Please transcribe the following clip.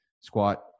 squat